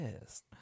Yes